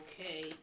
okay